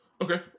Okay